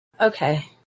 Okay